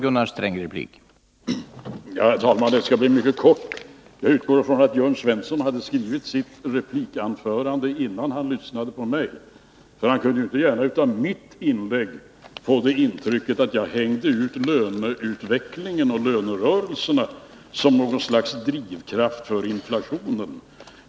Herr talman! Det skall bli en mycket kort replik. Jag utgår från att Jörn Svensson hade skrivit sin replik innan han lyssnade till mig. Han kunde inte gärna av mitt inlägg få intrycket att jag ville framhålla löneutvecklingen och lönerörelserna som något slags drivkraft för inflationen.